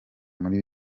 muri